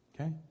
Okay